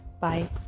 Bye